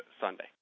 Sunday